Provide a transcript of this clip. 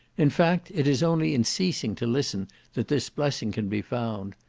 in fact, it is only in ceasing to listen that this blessing can be found.